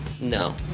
No